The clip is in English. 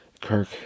Kirk